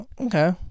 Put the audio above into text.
Okay